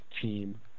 team